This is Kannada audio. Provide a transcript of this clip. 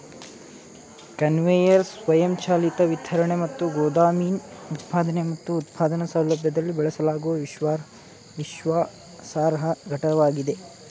ಕನ್ವೇಯರ್ ಸ್ವಯಂಚಾಲಿತ ವಿತರಣೆ ಮತ್ತು ಗೋದಾಮಿನ ಉತ್ಪಾದನೆ ಮತ್ತು ಉತ್ಪಾದನಾ ಸೌಲಭ್ಯದಲ್ಲಿ ಬಳಸಲಾಗುವ ವಿಶ್ವಾಸಾರ್ಹ ಘಟಕವಾಗಿದೆ